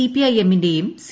CPI എമ്മിന്റെയും C